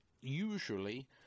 usually